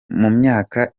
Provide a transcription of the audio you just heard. myaka